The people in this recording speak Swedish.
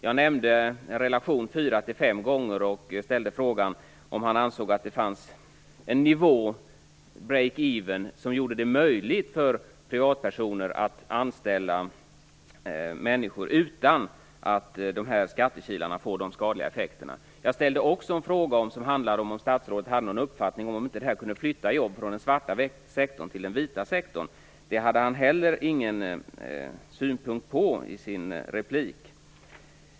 Jag nämnde en relation, fyra till fem gånger, och ställde frågan om han ansåg att det fanns en nivå, break even, som gjorde det möjligt för privatpersoner att anställa människor utan att de här skattekilarna får de skadliga effekterna. Jag ställde också en fråga om statsrådet hade någon uppfattning om det här inte kunde flytta jobb från den svarta till den vita sektorn. Det hade han inte heller någon synpunkt på i sitt inlägg.